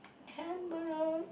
ten minutes